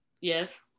yes